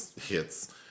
hits